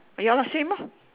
ya lah same lor